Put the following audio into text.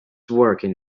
working